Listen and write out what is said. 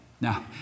Now